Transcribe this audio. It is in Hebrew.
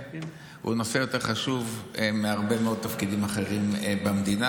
הוא נושא יותר חשוב מהרבה מאוד תפקידים אחרים במדינה,